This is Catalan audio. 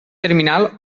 terminal